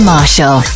Marshall